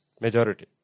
Majority